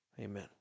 amen